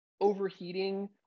overheating